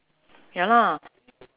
ya lah